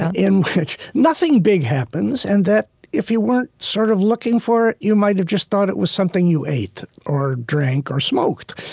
ah in which nothing big happens and that if you weren't sort of looking for it, you might have just thought it was something you ate or drank or smoked.